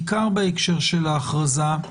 בעיקר בהקשר של ההכרזה,